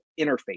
interface